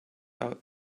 out